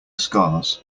scars